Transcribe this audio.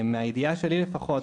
מהידיעה שלי לפחות,